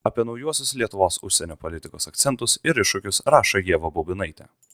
apie naujuosius lietuvos užsienio politikos akcentus ir iššūkius rašo ieva baubinaitė